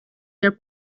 der